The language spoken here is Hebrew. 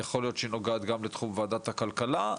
יכול להיות שהיא נוגעת גם לתחום ועדת הכלכלה,